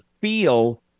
feel